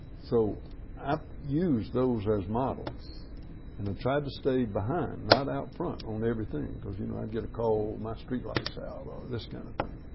so i've used those as models and i've tried to stay behind, not out front, on everything because, you know, i'd get a call my streetlight's out or this kind of thing.